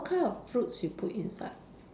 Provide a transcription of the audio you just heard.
what kind of fruits you put inside